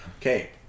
Okay